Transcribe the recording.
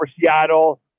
Seattle